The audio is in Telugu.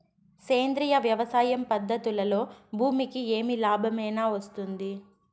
సేంద్రియ వ్యవసాయం పద్ధతులలో భూమికి ఏమి లాభమేనా వస్తుంది?